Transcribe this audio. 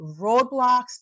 roadblocks